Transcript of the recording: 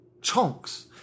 chunks